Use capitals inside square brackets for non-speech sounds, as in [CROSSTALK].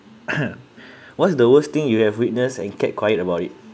[COUGHS] what's the worst thing you have witness and kept quiet about it